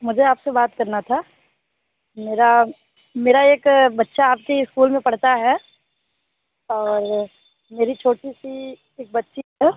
मुझे आपसे बात करना था मेरा मेरा एक बच्चा आपकी स्कूल में पढ़ता है और मेरी छोटी सी एक बच्ची है